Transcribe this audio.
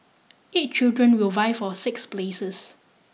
eight children will vie for six places